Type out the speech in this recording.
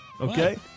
Okay